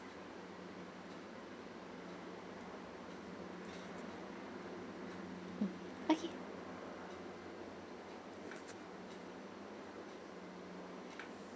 okay